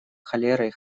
холерой